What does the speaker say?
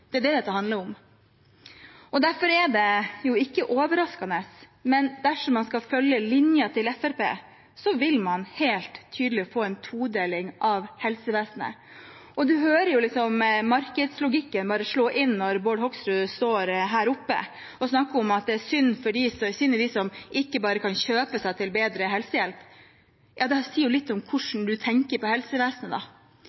Det er det dette handler om. Det er jo ikke overraskende, men dersom man skal følge linja til Fremskrittspartiet, vil man helt tydelig få en todeling av helsevesenet. Man hører markedslogikken slå inn når Bård Hoksrud står her oppe og snakker om at det er synd for dem som ikke bare kan kjøpe seg til bedre helsehjelp. Det sier litt om hvordan